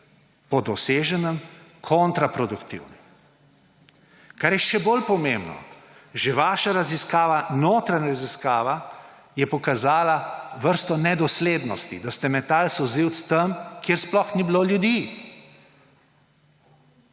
po doseženem kontraproduktivni. Kar je še bolj pomembno, že vaša raziskava, notranja raziskava je pokazala vrsto nedoslednosti, da ste metali solzivec tam, kjer sploh ni bilo ljudi.